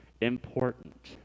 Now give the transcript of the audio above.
important